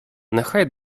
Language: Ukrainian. нехай